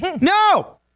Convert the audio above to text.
No